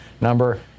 number